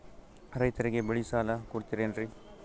ರೈತರಿಗೆ ಬೆಳೆ ಸಾಲ ಕೊಡ್ತಿರೇನ್ರಿ?